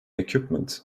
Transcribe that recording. equipment